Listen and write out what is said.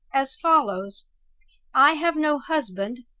as follows i have no husband,